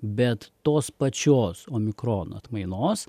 bet tos pačios omikrono atmainos